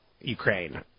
Ukraine